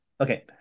Okay